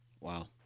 wow